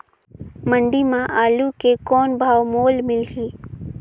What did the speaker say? मंडी म आलू के कौन भाव मोल मिलही?